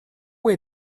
way